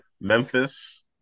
Memphis